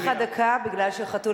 אני אוסיף לך דקה מפני שהחתול,